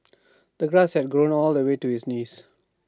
the grass had grown all the way to his knees